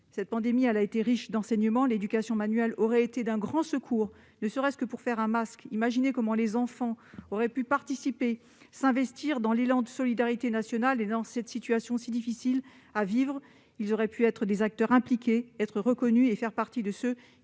cette pandémie qui a été riche d'enseignements, l'éducation manuelle aurait d'ailleurs été d'un grand secours, ne serait-ce que pour permettre aux enfants de fabriquer des masques. Imaginez comme les enfants auraient pu participer, s'investir dans l'élan de solidarité nationale ! Dans cette situation si difficile à vivre, ils auraient pu être des acteurs impliqués, être reconnus et faire partie de ceux